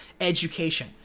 education